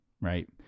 right